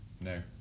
No